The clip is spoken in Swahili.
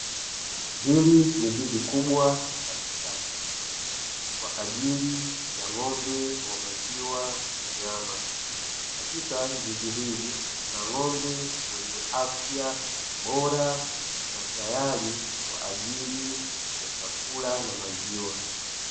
Hili ni izizi kubwa la kisasa kwa ajili ya ng'ombe wa maziwa na nyama, katika zizi hili kuna ng'ombe wenye afya bora na tayari kwa ajili ya chakula na maziwa.